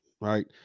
right